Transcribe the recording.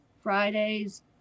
Fridays